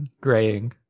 graying